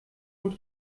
und